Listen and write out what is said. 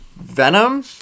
Venom